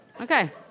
Okay